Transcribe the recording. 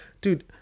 Dude